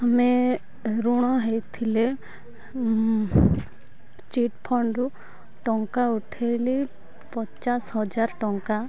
ଆମେ ଋଣ ହେଇଥିଲେ ଚିଟ୍ଫଣ୍ଡରୁ ଟଙ୍କା ଉଠାଇଲି ପଚାଶ ହଜାର ଟଙ୍କା